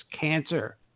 cancer